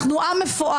אנחנו עם מפואר,